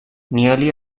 nearly